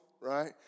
right